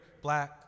black